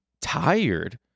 tired